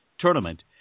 tournament